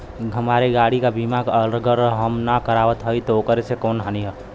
हमरे गाड़ी क बीमा अगर हम ना करावत हई त ओकर से कवनों हानि?